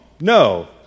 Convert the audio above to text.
No